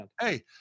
Hey